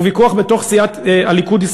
הוא ויכוח בתוך סיעת הליכוד,